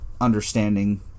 understanding